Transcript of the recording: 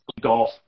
golf